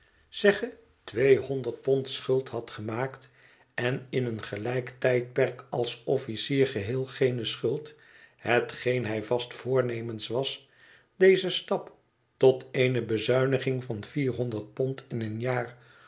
tweehonderd pond schuld had gemaakt en in een gelijk tijdperk als officier geheel geene schuld hetgeen hij vast voornemens was deze stap tot eene bezuiniging van vierhonderd pond in een jaar